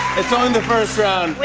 it's only the first